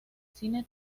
cine